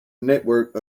network